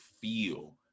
feel